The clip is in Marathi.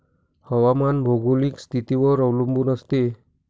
हवामान भौगोलिक स्थितीवर अवलंबून असते